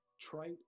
trite